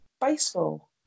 baseball